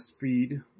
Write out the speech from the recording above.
feed